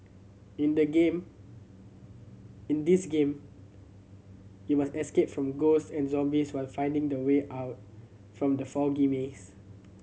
in the game in this game you must escape from ghost and zombies while finding the way out from the foggy maze